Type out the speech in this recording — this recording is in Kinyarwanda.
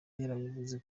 yarabivuze